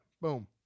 Boom